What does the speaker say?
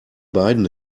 beiden